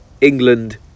England